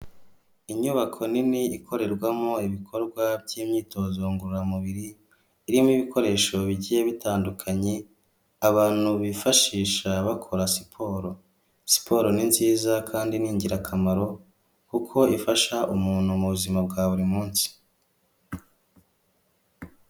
Inyubako nini ikorerwamo ibikorwa by'imyitozo ngororamubiri irimo ibikoresho bigiye bitandukanye abantu bifashisha bakora siporo, siporo ni nziza kandi ni ingirakamaro kuko ifasha umuntu mu buzima bwa buri munsi.